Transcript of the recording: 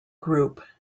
group